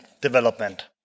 development